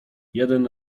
jeden